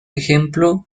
ejemplo